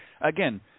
again